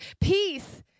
peace